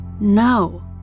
No